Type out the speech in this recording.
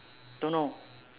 don't know